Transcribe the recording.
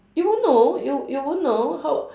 you won't know you you won't know how